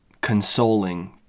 consoling